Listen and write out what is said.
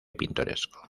pintoresco